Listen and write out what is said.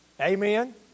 Amen